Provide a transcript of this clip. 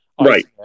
right